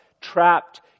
trapped